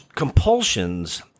Compulsions